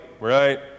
right